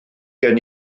gen